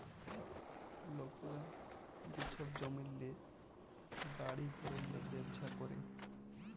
লকরা যে ছব জমিল্লে, বাড়ি ঘরেল্লে ব্যবছা ক্যরে